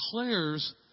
declares